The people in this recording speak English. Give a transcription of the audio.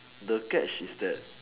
the sketch is that